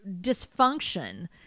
dysfunction